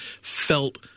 felt